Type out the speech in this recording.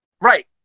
Right